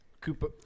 Cooper